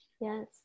yes